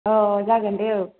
अह जागोन दे औ